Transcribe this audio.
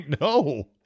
No